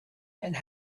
and